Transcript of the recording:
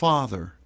Father